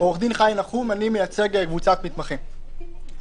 אני מייצג קבוצת מתמחים,